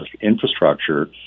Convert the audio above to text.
infrastructure